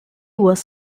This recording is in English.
was